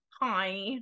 Hi